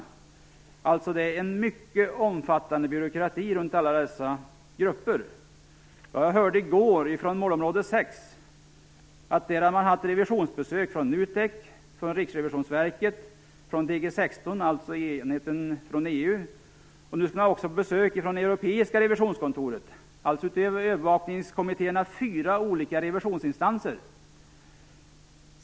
Det är alltså en mycket omfattande byråkrati runt alla dessa grupper. Jag hörde i går från målområde 6 att man där hade haft revisionsbesök från NUTEK, från Riksrevisionsverket och från DG 16, dvs. enheten från EU. Nu skulle man också få besök från Europeiska revisionskontoret. Förutom övervakningskommittéerna handlar det alltså om fyra olika revisionsinstanser!